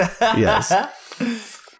Yes